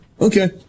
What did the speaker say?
Okay